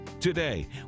Today